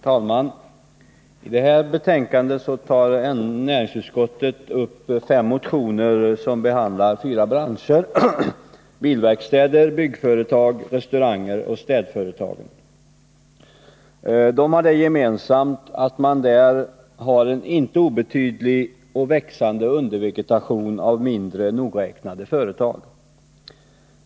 Herr talman! I detta betänkande tar näringsutskottet upp fem motioner som behandlar fyra branscher — bilverkstäder, byggföretag, restauranger och städföretag. Dessa branscher har det gemensamt att det där finns en icke obetydlig och växande undervegetation av mindre nogräknade företag.